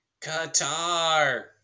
Qatar